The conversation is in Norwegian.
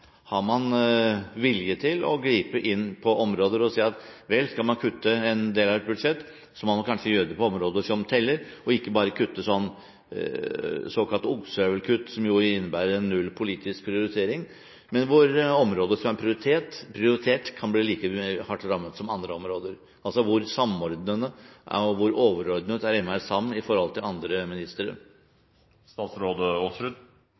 Har man vilje til å gripe inn på områder og si at skal man kutte en del av et budsjett, må man kanskje gjøre det på områder som teller – ikke bare kutte med såkalte ostehøvelkutt, som jo innebærer null politisk prioritering, men at områder som er prioritert, kan bli like hardt rammet som andre områder? Altså: Hvor samordnende og hvor overordnet er MR-SAM i forhold til andre